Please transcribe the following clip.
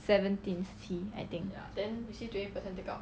seventeen see I think